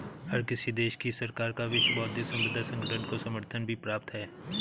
हर किसी देश की सरकार का विश्व बौद्धिक संपदा संगठन को समर्थन भी प्राप्त है